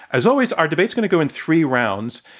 as always, our debate's going to go in three rounds.